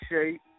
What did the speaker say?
shape